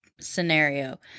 Scenario